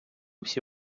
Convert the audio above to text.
всі